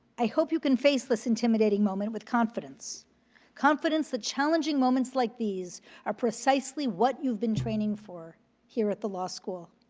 i hope you can face this intimidating moment with confidence confidence that challenging moments like these are precisely what you've been training for here at the law school.